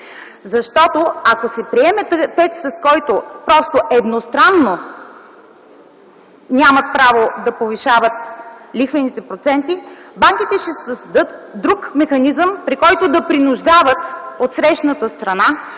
Защото, ако се приеме текст, с който просто едностранно нямат право да повишават лихвените проценти, банките ще създадат друг механизъм, при който да принуждават отсрещната страна